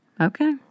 Okay